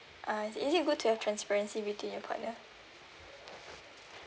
uh is it good to have transparency between your partner